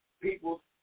people